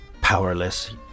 powerless